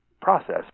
process